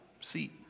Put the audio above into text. seat